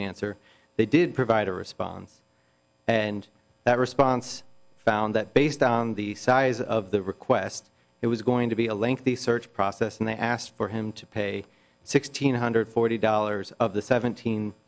an answer they did provide a response and that response found that based on the size of the request it was going to be a lengthy search process and they asked for him to pay sixteen hundred forty dollars of the seventeen